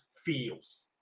feels